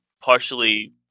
partially